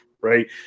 Right